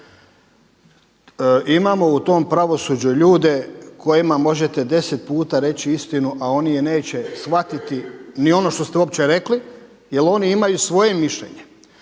Imamo u tom pravosuđe ljude kojima možete deset puta reći istinu, a oni je neće shvatiti ni ono što ste uopće rekli jer oni imaju svoje mišljenje.